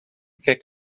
thick